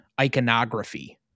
iconography